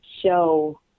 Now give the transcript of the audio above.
show